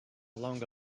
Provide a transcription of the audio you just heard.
along